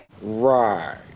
Right